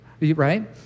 Right